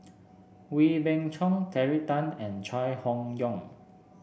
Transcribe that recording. Wee Beng Chong Terry Tan and Chai Hon Yoong